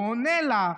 הוא עונה לה: